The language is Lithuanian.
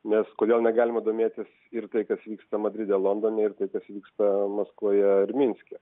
nes kodėl negalima domėtis ir tai kas vyksta madride londone ir tai kas vyksta maskvoje ar minske